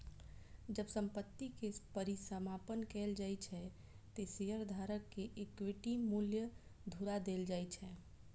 जब संपत्ति के परिसमापन कैल जाइ छै, ते शेयरधारक कें इक्विटी मूल्य घुरा देल जाइ छै